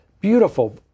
beautiful